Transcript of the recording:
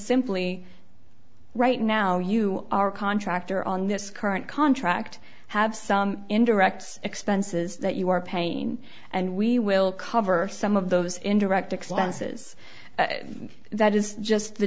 simply right now you are a contractor on this current contract have some indirect expenses that you are pain and we will cover some of those indirect expenses and that is just the